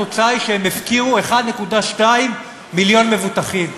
התוצאה היא שהם הפקירו 1.2 מיליון מבוטחים.